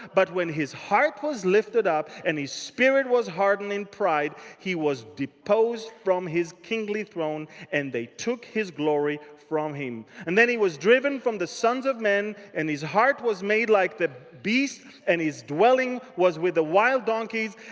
but when his heart was lifted up, and his spirit was hardened in pride, he was deposed from his kingly throne, and they took his glory from him. then he was driven from the sons of men and his heart was made like the beasts, and his dwelling was with the wild donkeys.